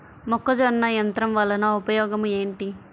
మొక్కజొన్న యంత్రం వలన ఉపయోగము ఏంటి?